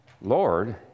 Lord